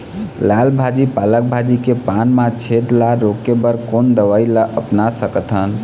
लाल भाजी पालक भाजी के पान मा छेद ला रोके बर कोन दवई ला अपना सकथन?